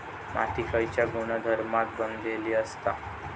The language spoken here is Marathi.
माती खयच्या गुणधर्मान बनलेली असता?